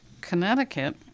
connecticut